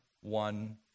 one